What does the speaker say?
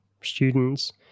students